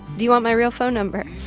do you want my real phone number?